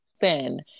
thin